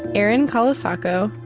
erin colasacco,